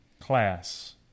class